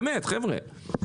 באמת, חבר'ה.